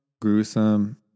gruesome